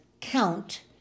count